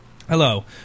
Hello